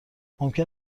ممکن